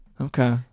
okay